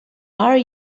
are